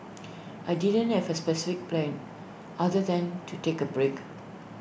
I didn't have A specific plan other than to take A break